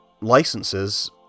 licenses